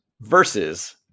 versus